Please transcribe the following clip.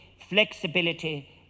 flexibility